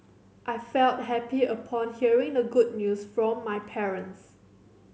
I felt happy upon hearing the good news from my parents